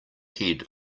head